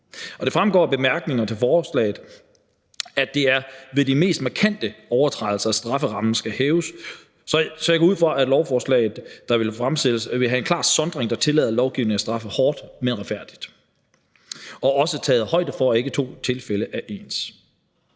Det fremgår af bemærkningerne til forslaget, at det er ved de mest markante overtrædelser, at strafferammen skal hæves, så jeg går ud fra, at lovforslaget, der vil blive fremsat, vil indeholde en klar sondring, der tillader lovgivningen at straffe hårdt, men retfærdigt, og at der også vil blive taget højde for, at ikke to tilfælde er ens.